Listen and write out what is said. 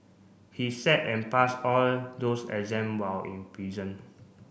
he sat and passed all those exam while in prison